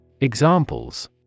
Examples